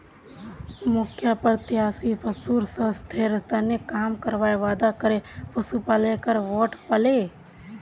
मुखिया प्रत्याशी पशुर स्वास्थ्येर तने काम करवार वादा करे पशुपालकेर वोट पाले